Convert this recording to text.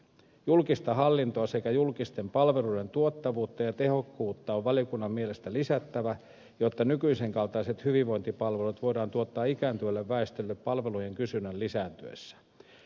julkisen hallinnon sekä julkisten palveluiden tuottavuutta ja tehokkuutta on valiokunnan mielestä lisättävä jotta nykyisen kaltaiset hyvinvointipalvelut voidaan tuottaa ikääntyvälle väestölle palvelujen kysynnän lisääntyessä